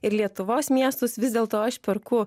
ir lietuvos miestus vis dėl to aš perku